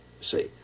See